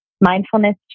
mindfulness